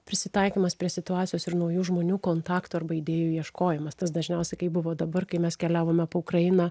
prisitaikymas prie situacijos ir naujų žmonių kontakto arba idėjų ieškojimas tas dažniausiai kai buvo dabar kai mes keliavome po ukrainą